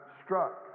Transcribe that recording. struck